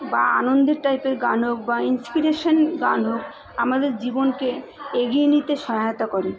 বা আনন্দের টাইপের গান হোক বা ইন্সপিরেশান গান হোক আমাদের জীবনকে এগিয়ে নিতে সহায়তা করে